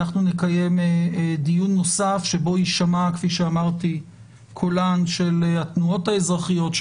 אנחנו נקיים דיון נוסף שבו יישמע כפי שאמרתי קולם של התנועות האזרחיות,